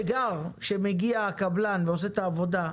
כשמגיע הקבלן ועושה את העבודה,